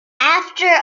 after